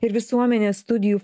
ir visuomenės studijų